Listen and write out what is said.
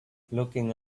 looking